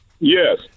Yes